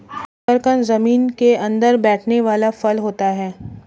शकरकंद जमीन के अंदर बैठने वाला फल होता है